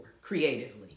creatively